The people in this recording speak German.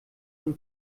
von